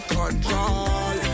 control